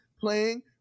playing